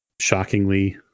shockingly